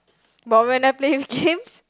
but when I play the game